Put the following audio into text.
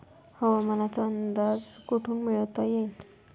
हवामानाचा अंदाज कोठून मिळवता येईन?